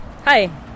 Hi